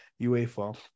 UEFA